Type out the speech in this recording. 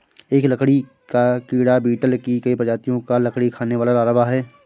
एक लकड़ी का कीड़ा बीटल की कई प्रजातियों का लकड़ी खाने वाला लार्वा है